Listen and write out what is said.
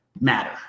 matter